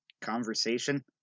Conversation